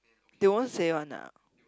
they won't say one lah